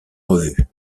revue